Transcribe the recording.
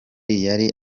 yari